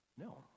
No